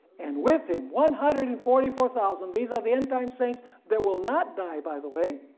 and with him one hundred and forty four thousand, these are the end-time saints that will not die by the way.